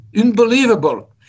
unbelievable